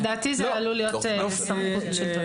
לדעתי זאת עלולה להיות סמכות שלטונית.